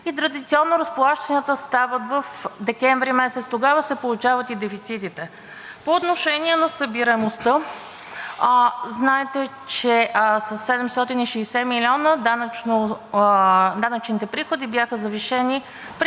и традиционно разплащанията стават декември месец, тогава се получават и дефицитите. По отношение на събираемостта, знаете, че със 760 милиона данъчните приходи бяха завишени при